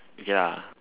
ya